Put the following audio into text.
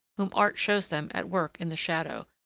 whom art shows them at work in the shadow,